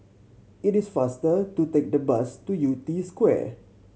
it is faster to take the bus to Yew Tee Square